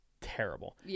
terrible